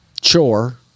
chore